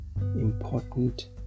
important